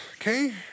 okay